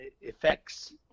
effects